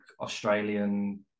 Australian